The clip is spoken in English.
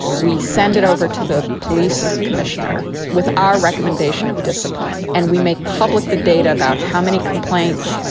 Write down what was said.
we send it over to the police commissioner with our recommendation of discipline, and we make public the data about how many complaints,